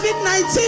COVID-19